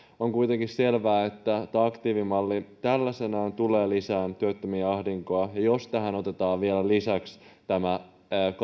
on kuitenkin selvää että tämä aktiivimalli tällaisenaan tulee lisäämään työttömien ahdinkoa ja jos tähän otetaan vielä lisäksi tämä kaavailtu